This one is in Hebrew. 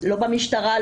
לא במשטרה,